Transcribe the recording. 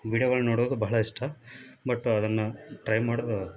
ವೀಡಿಯೋಗಳನ್ನ ನೋಡೋದು ಬಹಳ ಇಷ್ಟ ಬಟ್ ಅದನ್ನು ಟ್ರಯಲ್ ಮಾಡೋದು